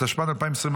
התשפ"ד 2024,